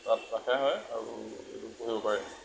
তাত ৰখা হয় আৰু এইটো পঢ়িব পাৰে